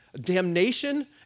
damnation